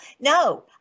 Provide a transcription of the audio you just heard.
no